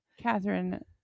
Catherine